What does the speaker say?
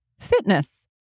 fitness